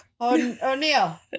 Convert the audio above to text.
O'Neill